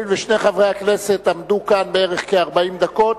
הואיל ושני חברי הכנסת עמדו כאן כ-40 דקות,